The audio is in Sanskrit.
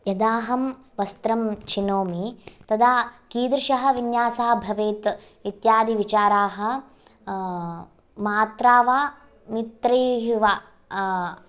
यदाहं वस्त्रं चिनोमि तदा कीदृशः विन्यासः भवेत् इत्यादिविचाराः मात्रा वा मित्रैः वा